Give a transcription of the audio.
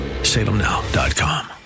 Salemnow.com